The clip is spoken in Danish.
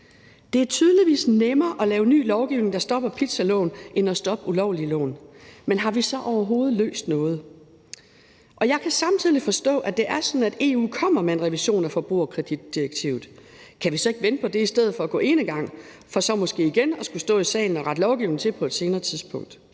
Det er tydeligvis nemmere at lave ny lovgivning, der stopper pizzalån, end at stoppe ulovlige lån, men har vi så overhovedet løst noget? Jeg kan samtidig forstå, at det er sådan, at EU kommer med en revision af forbrugerkreditdirektivet. Kan vi så ikke vente på det i stedet for at gå enegang for så måske igen at skulle stå i salen og rette lovgivningen til på et senere tidspunkt?